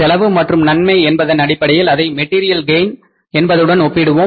செலவு மற்றும் நன்மை என்பதன் அடிப்படையில் அதை மெட்டீரியல் கெய்ன் என்பதுடன் ஒப்பிடுவோம்